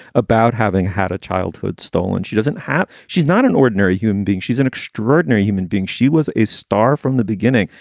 about having had a childhood stolen. she doesn't have she's not an ordinary human being. she's an extraordinary human being. she was a star from the beginning.